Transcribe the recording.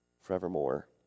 forevermore